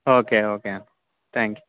okay okay అండి thank you